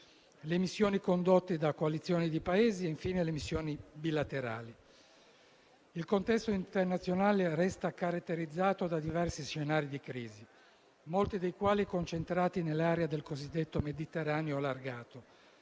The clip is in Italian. le missioni condotte da coalizioni di Paesi e, infine, quelle bilaterali). Il contesto internazionale resta caratterizzato da diversi scenari di crisi, molti dei quali concentrati nell'area del cosiddetto Mediterraneo allargato,